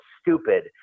stupid